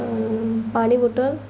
ଆଉ ପାଣି ବୋଟଲ୍